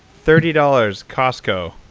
thirty dollars, costco.